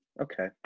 Okay